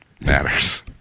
Matters